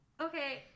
okay